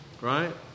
right